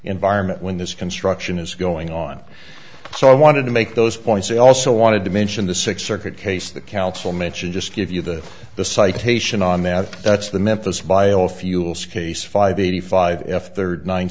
environment when this construction is going on so i wanted to make those points they also wanted to mention the six circuit case the council mentioned just give you the the citation on that that's the memphis biofuels case five eighty five f thirty nine